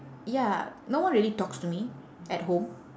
ya no one really talks to me at home